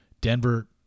Denver